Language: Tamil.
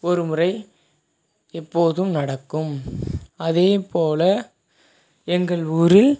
ஒரு முறை எப்போதும் நடக்கும் அதே போல் எங்கள் ஊரில்